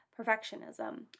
perfectionism